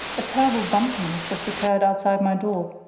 a terrible bumping has just occurred outside my door.